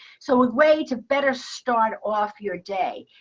so a way to better start off your day.